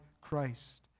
Christ